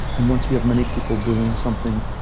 and once you have many people doing something,